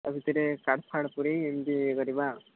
ତା ଭିତରେ କାର୍ଡ୍ ଫାର୍ଡ୍ ପୁରେଇ ଏମିତି ଇଏ କରିବା ଆଉ